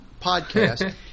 podcast